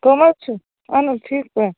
کٕم حظ چھِو اَہَن حظ ٹھیٖک پٲٹھۍ